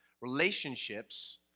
Relationships